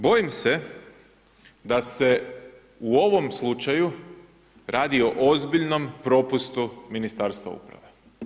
Bojim se da se u ovom slučaju, radi o ozbiljnom propustu Ministarstva uprave.